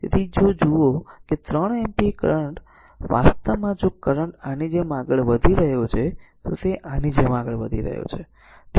તેથી જો જુઓ કે આ 3 એમ્પીયર કરંટ વાસ્તવમાં જો કરંટ આની જેમ આગળ વધી રહ્યો છે તો આની જેમ આગળ વધી રહ્યો છે